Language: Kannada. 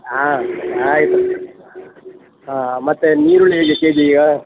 ಹಾಂ ಆಯಿತು ಹಾಂ ಮತ್ತು ನೀರುಳ್ಳಿ ಹೇಗೆ ಕೆ ಜಿಗೆ